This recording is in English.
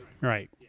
right